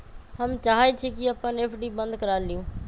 हम चाहई छी कि अपन एफ.डी बंद करा लिउ